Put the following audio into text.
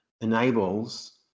enables